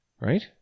Right